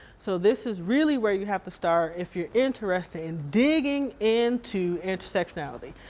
so this is really where you'd have to start if you're interested in digging into intersectionality.